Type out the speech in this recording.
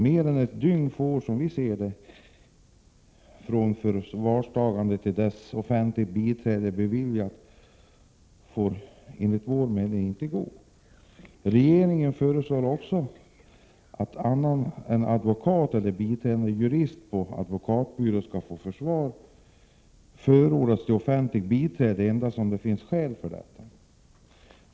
Mer än ett dygn får, som vi ser det, inte gå från det vederbörande tas i förvar till dess offentligt biträde beviljas. Regeringen föreslår också att annan än advokat eller biträdande jurist på advokatbyrå skall få förordnas till offentligt biträde endast om det finns skäl för detta.